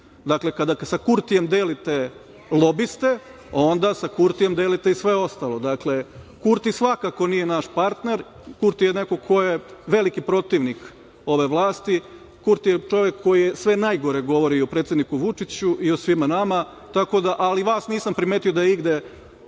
Dakle, kada sa Kurtijem delite lobiste, onda sa Kurtijem delite i sve ostalo. Kurti svakako nije naš partner, Kurti je neko ko je veliki protivnik ove vlasti, Kurti je čovek koji sve najgore govori o predsedniku Vučiću i o svima nama, ali vas nisam primetio da je igde